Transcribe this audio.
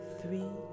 three